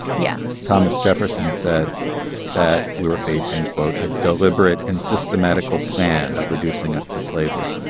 yeah thomas jefferson said that we were facing, quote, a deliberate and systematical plan of reducing us to slavery.